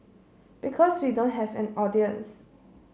because we don't have an audience